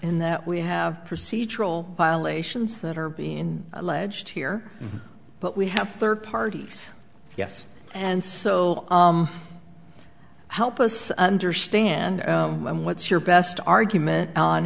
in that we have procedural violations that are been alleged here but we have third parties yes and so help us understand what's your best argument on